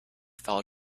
fell